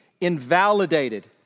Invalidated